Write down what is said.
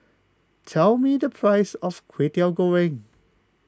tell me the price of Kway Teow Goreng